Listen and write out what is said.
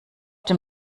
dem